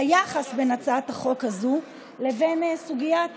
היא היחס בין הצעת החוק הזאת לבין סוגיית